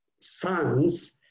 sons